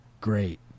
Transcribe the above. great